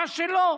מה שלא,